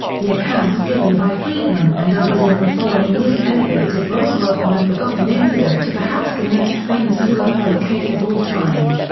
the accounts given by friedman and others in the following years elevated roswell from a forgotten incident to perhaps the most famous ufo case of all time.